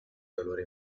dolore